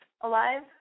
alive